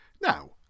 Now